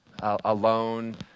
alone